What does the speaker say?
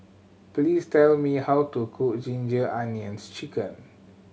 please tell me how to cook Ginger Onions Chicken